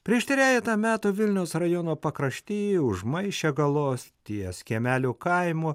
prieš trejetą metų vilniaus rajono pakrašty už maišiagalos ties kiemelių kaimu